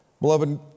Beloved